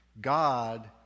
God